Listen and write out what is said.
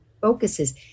focuses